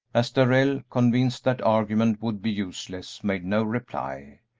as darrell, convinced that argument would be useless, made no reply,